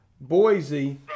Boise